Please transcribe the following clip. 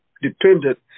Dependent